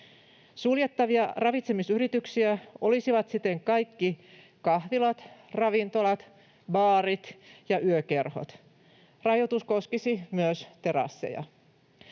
Suljettavia ravitsemisyrityksiä olisivat siten kaikki kahvilat, ravintolat, baarit ja yökerhot. Rajoitus koskisi myös terasseja.